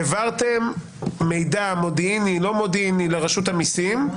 העברתם מידע מודיעיני, לא מודיעיני, לרשות המסים.